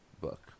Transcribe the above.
book